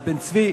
ויד בן-צבי.